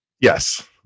Yes